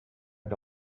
que